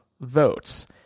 votes